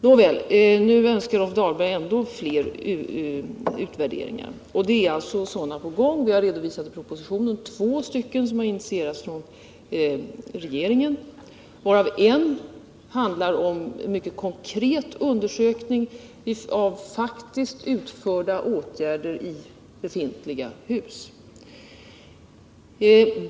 Nåväl, nu önskar Rolf Dahlberg ännu fler utvärderingar. Och sådana är på gång. Jag har i propositionen redovisat två utvärderingar som initierats från regeringen, varav en grundar sig på en mycket konkret undersökning av faktiskt utförda åtgärder i befintliga hus.